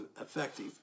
effective